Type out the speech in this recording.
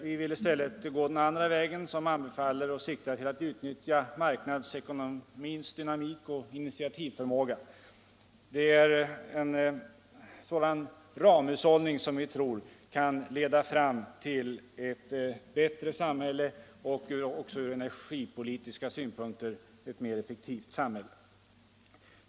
Vi vill i stället gå den andra vägen, som anbefaller och siktar till att utnyttja marknadsekonomins dynamik och initiativförmåga. Sådan ramhushållning tror vi kan leda fram till ett bättre samhälle och ett från energipolitiska synpunkter mer effektivt samhälle.